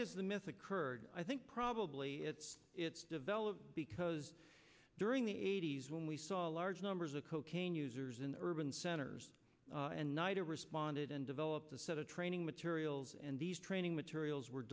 is the myth occurred i think probably it's it's developed because during the eighty's when we saw large numbers of cocaine users in urban centers and neither responded and developed the set of training materials and these training materials were